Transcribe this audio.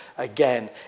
Again